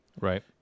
Right